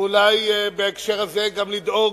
ואולי בהקשר הזה גם לדאוג,